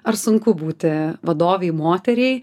ar sunku būti vadovei moteriai